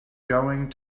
going